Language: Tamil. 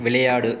விளையாடு